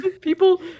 People